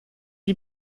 die